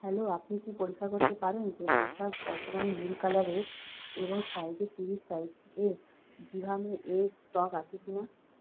hello আপনি কি পরীক্ষা করতে পারেন যে পোশাক বর্তমানে নীল কালারে এবং সাইজে তিরিশ সাইজ এ জিভামি এ স্টক আছে কি না